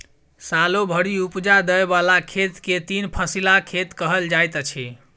सालो भरि उपजा दय बला खेत के तीन फसिला खेत कहल जाइत अछि